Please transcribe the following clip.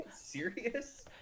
serious